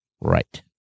right